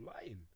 lying